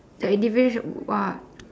the individ~ wha~